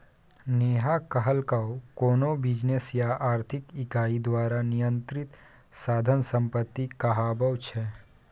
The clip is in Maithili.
नेहा कहलकै कोनो बिजनेस या आर्थिक इकाई द्वारा नियंत्रित साधन संपत्ति कहाबै छै